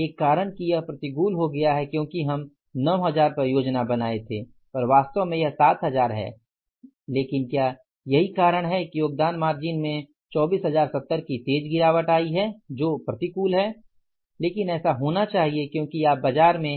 एक कारण की यह प्रतिकूल हो गया है क्योंकि हम 9000 पर योजना बनाये थे पर वास्तव में यह 7000 है लेकिन क्या यही कारण है कि योगदान मार्जिन में 24070 की तेज़ गिरावट आई है जो प्रतिकूल है लेकिन ऐसा होना चाहिए क्योंकि आप बाजार में